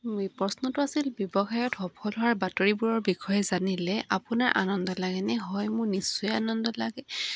প্ৰশ্নটো আছিল ব্যৱসায়ত সফল হোৱাৰ বাতৰিবোৰৰ বিষয়ে জানিলে আপোনাৰ আনন্দ লাগেনে হয় মোৰ নিশ্চয় আনন্দ লাগে